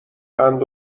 قند